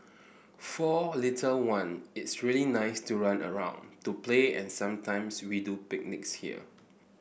for little one it's really nice to run around to play and sometimes we do picnics here